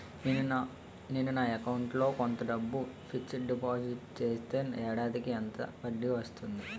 నేను నా అకౌంట్ లో కొంత డబ్బును ఫిక్సడ్ డెపోసిట్ చేస్తే ఏడాదికి ఎంత వడ్డీ వస్తుంది?